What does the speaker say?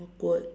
awkward